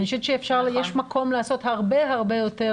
אני חושבת שיש מקום לעשות הרבה הרבה יותר